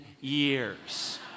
years